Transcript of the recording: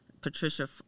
Patricia